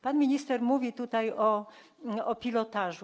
Pan minister mówi tutaj o pilotażu.